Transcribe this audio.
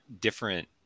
different